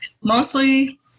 mostly